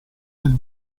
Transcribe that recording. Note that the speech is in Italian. nel